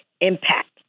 impact